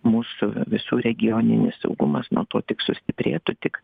mūsų visų regioninis saugumas nuo to tik sustiprėtų tik